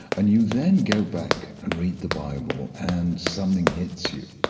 and you then go back and read the bible and something hits you,